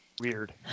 weird